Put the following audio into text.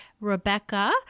Rebecca